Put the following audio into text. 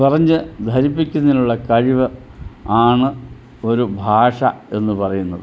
പറഞ്ഞ് ധരിപ്പിക്കുന്നതിനുള്ള കഴിവ് ആണ് ഒരു ഭാഷ എന്നു പറയുന്നത്